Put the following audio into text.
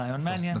רעיון מעניין.